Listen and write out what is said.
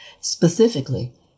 Specifically